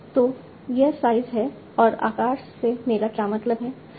तो यह साइज़ है और आकार से मेरा क्या मतलब है